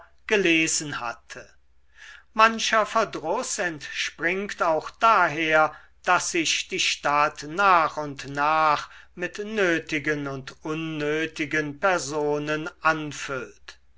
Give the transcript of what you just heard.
gelesen hatte mancher verdruß entspringt auch daher daß sich die stadt nach und nach mit nötigen und unnötigen personen anfüllt